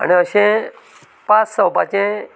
आनी अशें पास जावपाचें